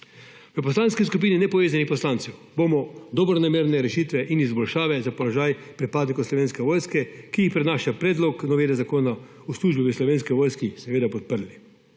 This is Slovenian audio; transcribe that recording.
V Poslanski skupini nepovezanih poslancev bomo dobronamerne rešitve in izboljšave za položaj pripadnikov Slovenske vojske, ki jih prinaša predlog novele Zakona o službi v Slovenki vojski, seveda podprli.